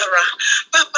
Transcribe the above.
Papa